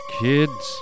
kids